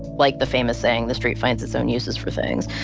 like the famous saying, the street finds its own uses for things.